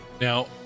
Now